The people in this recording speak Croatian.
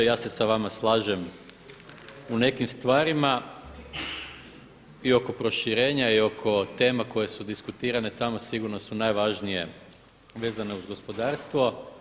Ja se sa vama slažem u nekim stvarima i oko proširenja, i oko tema koje su diskutirane tamo sigurno su najvažnije vezane uz gospodarstvo.